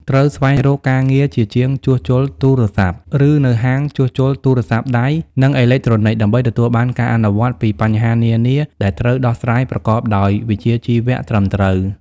ត្រូវស្វែងរកការងារជាជាងជួសជុលទូរស័ព្ទ ឬនៅហាងជួសជុលទូរស័ព្ទដៃ និងអេឡិចត្រូនិច ដើម្បីទទួលបានការអនុវត្តន៍ពីបញ្ហានានាដែលត្រូវដោះស្រាយប្រកបដោយវិជ្ជាជីវះត្រឹមត្រូវ។